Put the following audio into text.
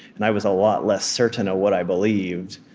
and i was a lot less certain of what i believed,